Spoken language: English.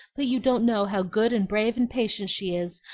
but you don't know how good and brave and patient she is,